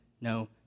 no